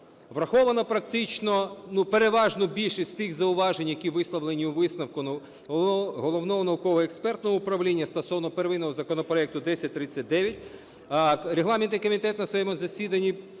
враховано практично переважну більшість тих зауважень, які висловлені у висновку Головного науково-експертного управління стосовно первинного законопроекту 1039, регламентний комітет на своєму засіданні